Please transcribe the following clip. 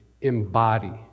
embody